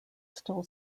still